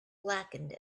blackened